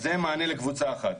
אז זה מענה לקבוצה אחת.